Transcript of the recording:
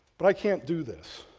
but i can't do this.